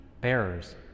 bearers